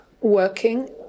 Working